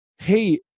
hey